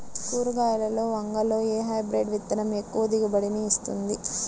కూరగాయలలో వంగలో ఏ హైబ్రిడ్ విత్తనం ఎక్కువ దిగుబడిని ఇస్తుంది?